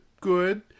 good